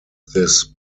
this